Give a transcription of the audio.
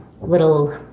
little